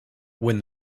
when